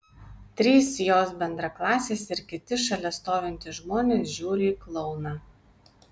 trys jos bendraklasės ir kiti šalia stovintys žmonės žiūri į klouną